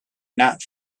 not